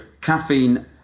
caffeine